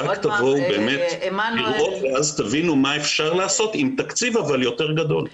רק תבואו באמת לראות ואז תבינו מה אפשר לעשות אבל עם תקציב יותר גדול.